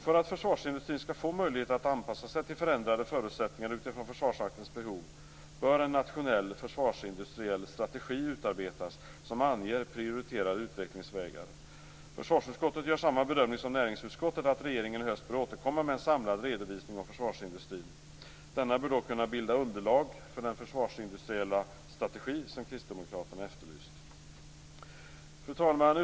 För att försvarsindustrin skall få möjlighet att anpassa sig till förändrade förutsättningar utifrån Försvarsmaktens behov bör en nationell försvarsindustriell strategi utarbetas som anger prioriterade utvecklingsvägar. Försvarsutskottet gör samma bedömning som näringsutskottet att regeringen i höst bör återkomma med en samlad redovisning om försvarsindustrin. Denna bör då kunna bilda underlag för den försvarsindustriella strategi som Kristdemokraterna efterlyst. Fru talman!